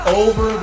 over